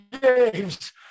Games